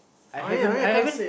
I haven't I haven't